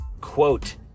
quote